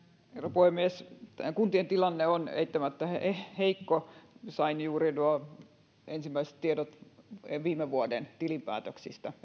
puhemies kuntien tilanne on eittämättä heikko sain juuri ensimmäiset ennakolliset tiedot viime vuoden tilinpäätöksistä